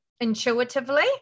Intuitively